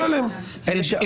תהיה עליהן ביקורת שיפוטית.